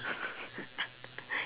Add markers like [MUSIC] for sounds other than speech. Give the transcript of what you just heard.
[LAUGHS]